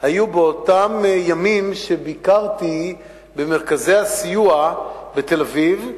באותם ימים שביקרתי במרכזי הסיוע בתל-אביב,